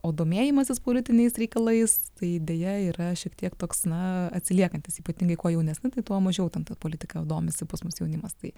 o domėjimasis politiniais reikalais tai deja yra šiek tiek toks na atsiliekantis ypatingai kuo jaunesni tai tuo mažiau tampa politika domisi pas mus jaunimas tai